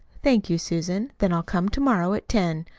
thank you, susan. then i'll come to-morrow at ten,